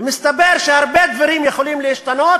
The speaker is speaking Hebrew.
ומסתבר שהרבה דברים יכולים להשתנות,